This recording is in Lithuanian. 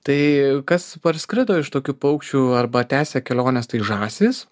tai kas parskrido iš tokių paukščių arba tęsia keliones tai žąsys